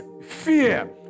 fear